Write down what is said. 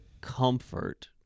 comfort